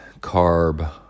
carb